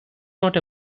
not